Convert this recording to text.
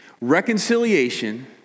Reconciliation